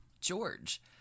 George